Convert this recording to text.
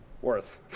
Worth